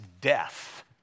death